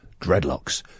dreadlocks